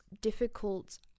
difficult